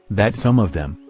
that some of them,